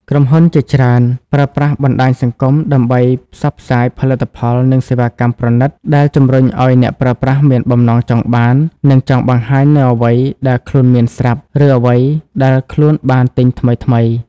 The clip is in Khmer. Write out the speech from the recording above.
ក្រុមហ៊ុនជាច្រើនប្រើប្រាស់បណ្តាញសង្គមដើម្បីផ្សព្វផ្សាយផលិតផល និងសេវាកម្មប្រណីត ដែលជំរុញឱ្យអ្នកប្រើប្រាស់មានបំណងចង់បាន និងចង់បង្ហាញនូវអ្វីដែលខ្លួនមានស្រាប់ ឬអ្វីដែលខ្លួនបានទិញថ្មីៗ។